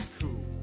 cool